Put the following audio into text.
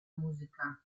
musica